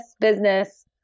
business